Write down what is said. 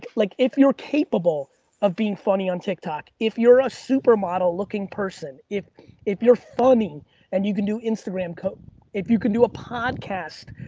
like if you're capable of being funny on tiktok. if you're a supermodel-looking person, if if you're funny and you can do instagram, if you can do a podcast.